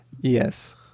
Yes